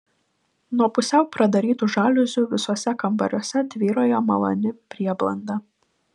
nuo pusiau pradarytų žaliuzių visuose kambariuose tvyrojo maloni prieblanda